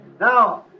Now